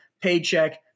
paycheck